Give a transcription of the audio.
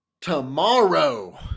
tomorrow